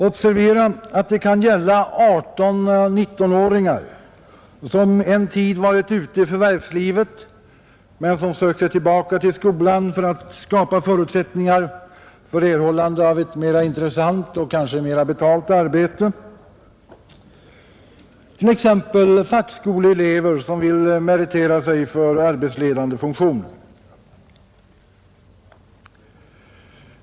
Observera att det kan gälla 18—19-åringar som en tid varit ute i förvärvslivet men söker sig tillbaka till skolan för att skapa förutsättningar för erhållande av ett mera intressant och kanske bättre betalt arbete, t.ex. fackskoleelever som vill meritera sig för arbetsledande funktioner.